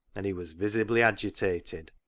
and he was visibly agitated.